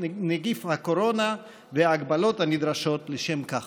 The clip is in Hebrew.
נגיף הקורונה וההגבלות הנדרשות לשם כך.